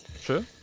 True